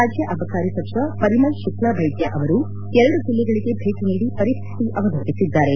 ರಾಜ್ಯ ಅಬಕಾರಿ ಸಚಿವ ಪರಿಮಳ್ ಶುಕ್ಲಾಬೈದ್ಯ ಅವರು ಎರಡು ಜಿಲ್ಲೆಗಳಿಗೆ ಭೇಟಿ ನೀಡಿ ಪರಿಸ್ತಿತಿ ಅವಲೋಕಿಸಿದ್ದಾರೆ